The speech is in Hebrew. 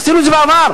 עשינו את זה בעבר.